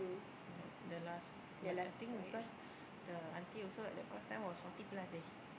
the the last but I think because the auntie also at that point of time was forty plus eh